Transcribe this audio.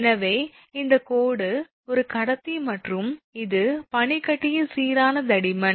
எனவே இந்த கோடு ஒரு கடத்தி மற்றும் இது பனிக்கட்டியின் சீரான தடிமன்